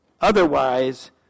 Otherwise